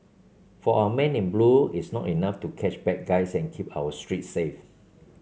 for our men in blue it's not enough to catch bad guys and keep our streets safe